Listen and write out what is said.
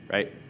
Right